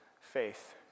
faith